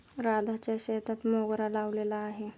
राधाच्या शेतात मोगरा लावलेला आहे